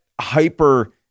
hyper